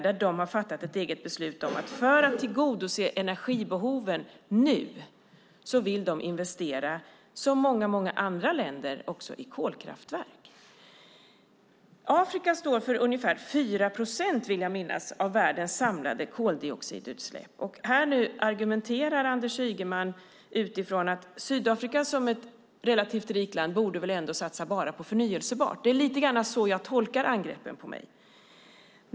Man har fattat beslutet att för att tillgodose energibehoven nu vill man, som många andra länder, investera också i kolkraftverk. Afrika står för ungefär 4 procent, vill jag minnas, av världens samlade koldioxidutsläpp. Anders Ygeman argumenterar utifrån att Sydafrika som är ett relativt rikt land borde satsa enbart på förnybart. Så tolkar jag angreppen på mig.